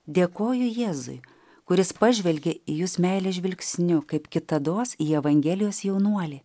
dėkoju jėzui kuris pažvelgė į jus meilės žvilgsniu kaip kitados į evangelijos jaunuolį